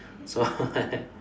so